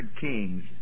Kings